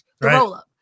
roll-up